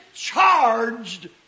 Charged